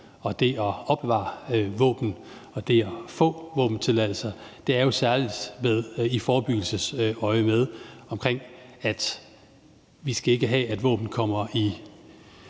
og det at opbevare våben og det at få våbentilladelse, er jo særlig forebyggelse – det er i forebyggelsesøjemed, for vi skal ikke have, at våben kommer i